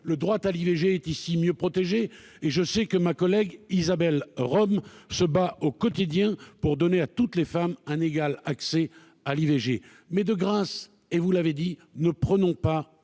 Le droit à l'IVG est ici mieux protégé, et je sais que ma collègue Isabelle Rome se bat au quotidien pour donner à toutes les femmes un égal accès à celle-ci, mais, de grâce, ne prenons pas de